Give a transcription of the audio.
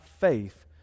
faith